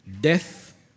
Death